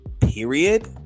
Period